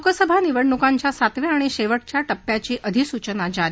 लोकसभा निवडणुकांच्या सातव्या आणि शेवटच्या टप्प्याची अधिसूचना जारी